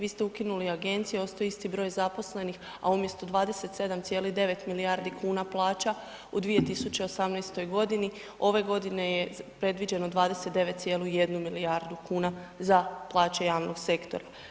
Vi ste ukinuli agencije, ostao je isti broj zaposlenih, a umjesto 27,9 milijardi kuna plaća u 2018. godini, ove godine je predviđeno 29,1 milijardu kuna za plaće javnog sektora.